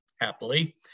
happily